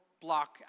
block